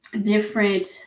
different